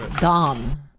Dom